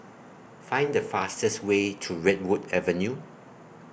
Find The fastest Way to Redwood Avenue